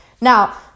Now